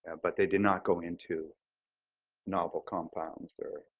ah but they did not go into novel compounds or